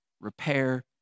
repair